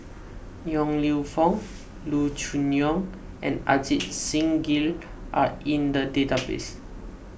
Yong Lew Foong Loo Choon Yong and Ajit Singh Gill are in the database